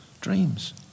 dreams